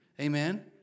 Amen